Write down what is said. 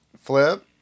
flip